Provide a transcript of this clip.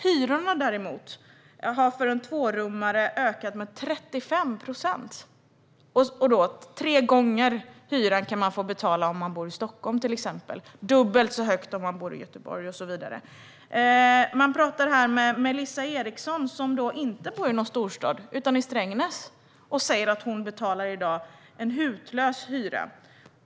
Hyrorna för en tvårummare har däremot ökat med 35 procent. Man kan få betala tre gånger hyran i Stockholm och dubbelt så högt i Göteborg. Melissa Eriksson i artikeln bor inte i en storstad utan i Strängnäs. Hon betalar i dag en hutlös hyra.